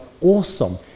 awesome